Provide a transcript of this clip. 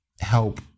help